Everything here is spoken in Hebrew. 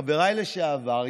חבריי לשעבר,